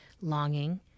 longing